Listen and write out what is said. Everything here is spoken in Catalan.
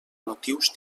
motius